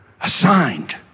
assigned